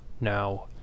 now